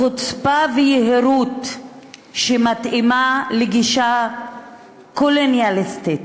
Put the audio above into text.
בחוצפה ויהירות שמתאימות לגישה קולוניאליסטית,